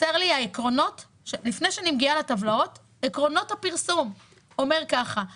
לפני שאני מגיעה לטבלאות חסרים לי עקרונות הפרסום: לקהל